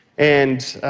and